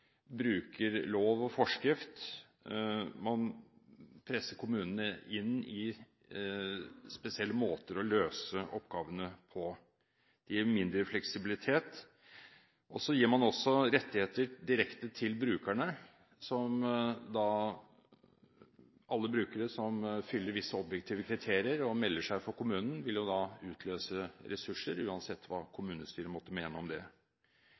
bruker lov og forskrift. Man presser kommunene inn i spesielle måter å løse oppgavene på. Det gir mindre fleksibilitet. Så gir man også rettigheter direkte til brukerne. Alle brukere som fyller visse objektive kriterier, og melder seg for kommunen, vil jo da utløse ressurser, uansett hva kommunestyret måtte mene om det.